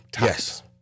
Yes